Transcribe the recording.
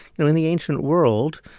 you know in the ancient world,